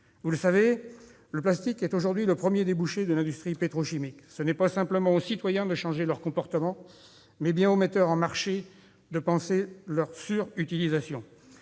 Vous le savez, le plastique est aujourd'hui le premier débouché de l'industrie pétrochimique. Ce n'est pas simplement aux citoyens de changer leurs comportements, mais bien aux metteurs en marché de repenser leur surutilisation.